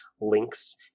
links